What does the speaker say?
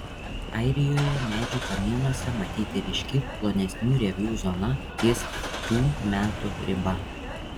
airijoje medžių kamienuose matyti ryški plonesnių rievių zona ties tų metų riba